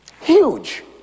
huge